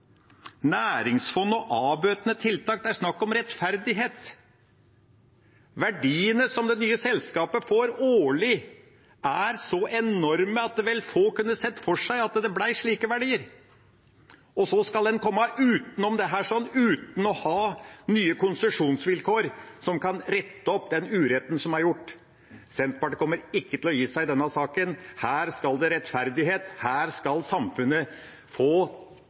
snakk om rettferdighet. Verdiene som det nye selskapet får årlig, er så enorme at vel få kunne sett for seg at det ble slike verdier – og så skal en komme utenom dette uten å ha nye konsesjonsvilkår som kan rette opp den uretten som er gjort. Senterpartiet kommer ikke til å gi seg i denne saken. Her skal det være rettferdighet, her skal samfunnet få